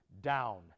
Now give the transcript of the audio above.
down